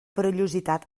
perillositat